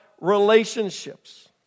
relationships